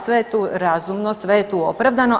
Sve je tu razumno, sve je tu opravdano.